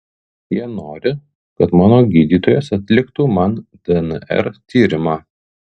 jie nori kad mano gydytojas atliktų man dnr tyrimą